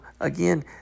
again